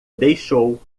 deixou